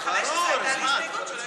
על 15 יש הסתייגות שלא